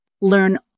Learn